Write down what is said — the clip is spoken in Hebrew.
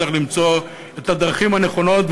וצריך למצוא את הדרכים הנכונות,